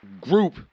group